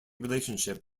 relationship